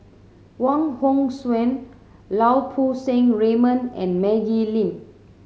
Wong Hong Suen Lau Poo Seng Raymond and Maggie Lim